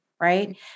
right